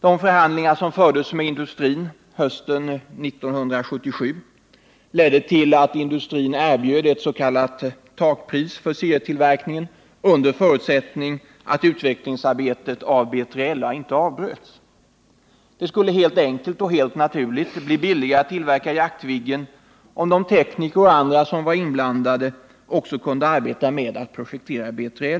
De förhandlingar med industrin som fördes hösten 1977 ledde till att industrin erbjöd ett s.k. takpris för serietillverkningen av Jaktviggen under förutsättning att utvecklingsarbetet i fråga om B3LA inte avbröts. Det skulle helt naturligt bli billigare att tillverka Jaktviggen, om de tekniker och andra som var inblandade också kunde arbeta med att projektera B3LA.